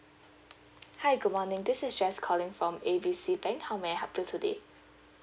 hi good morning this is jess calling from A B C bank how may I help you today